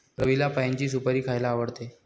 रवीला पाइनची सुपारी खायला आवडते